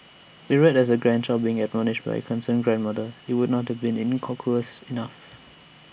if read as A grandchild being admonished by A concerned grandmother IT would not to been innocuous enough